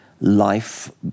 life